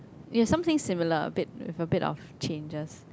you have something similar a bit with a bit of changes